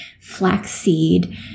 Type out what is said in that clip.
flaxseed